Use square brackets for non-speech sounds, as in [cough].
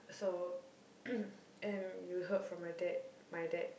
so [coughs] and you heard from my dad my dad